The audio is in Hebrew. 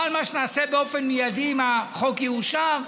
אבל מה שנעשה באופן מיידי אם החוק יאושר,